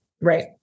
Right